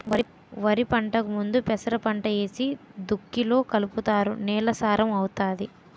వరిపంటకు ముందు పెసరపంట ఏసి దుక్కిలో కలుపుతారు నేల సారం అవుతాది